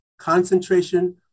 concentration